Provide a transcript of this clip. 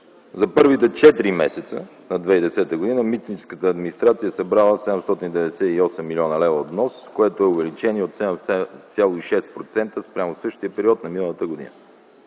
За първите четири месеца на 2010 г. митническата администрация е събрала 798 млн. лв. от внос, което е увеличение от 7,6% спрямо същия период на миналата година.